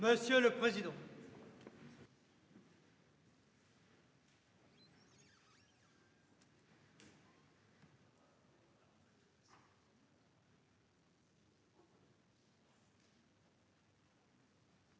Monsieur le président,